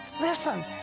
listen